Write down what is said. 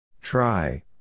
Try